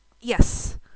yes